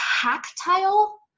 tactile